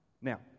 Now